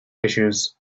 issues